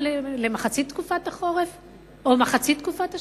למחצית תקופת החורף או מחצית תקופת השנה.